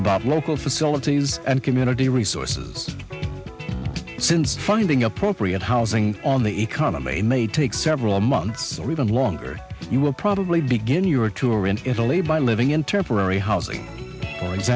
about local facilities and community resources since finding appropriate housing on the economy may take several months or even longer you will probably begin your tour in italy by living in temporary housing for